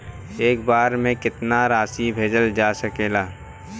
एक बार में केतना राशि भेजल जा सकेला?